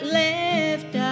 left